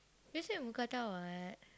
you say mookata [what]